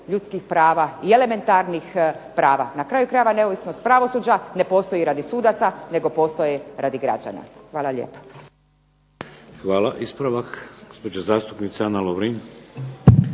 ljudskih prava i elementarnih prava. Na kraju krajeva neovisnost pravosuđa ne postoji radi sudaca, nego postoje radi građana. Hvala lijepa. **Šeks, Vladimir (HDZ)** Hvala. Ispravak, gospođa zastupnica Ana Lovrin.